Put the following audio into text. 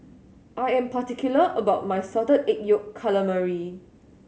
I am particular about my Salted Egg Yolk Calamari